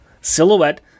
Silhouette